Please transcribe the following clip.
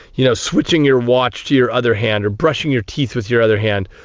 you know switching your watch to your other hand or brushing your teeth with your other hand.